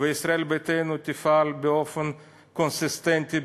וישראל ביתנו תפעל באופן קונסיסטנטי,